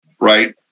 right